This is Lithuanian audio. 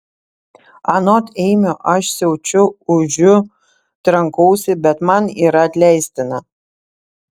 anot eimio aš siaučiu ūžiu trankausi bet man yra atleistina